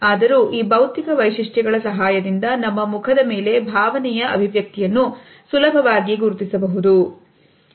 ಆದರೂ ಈ ಬೌದ್ಧಿಕ ವೈಶಿಷ್ಟ್ಯಗಳ ಸಹಾಯದಿಂದ ನಮ್ಮ ಮುಖದ ಮೇಲೆ ಭಾವನೆಯ ಅಭಿವ್ಯಕ್ತಿಯನ್ನು ಸುಲಭವಾಗಿ ಗುರುತಿಸಬಹುದು